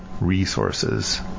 resources